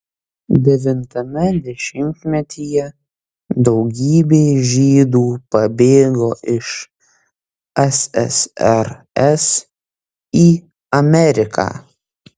devintame dešimtmetyje daugybė žydų pabėgo iš ssrs į ameriką